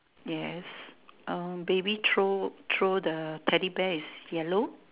yes oh baby throw throw the Teddy bear is yellow